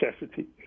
necessity